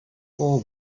fore